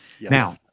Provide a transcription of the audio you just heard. Now